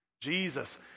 Jesus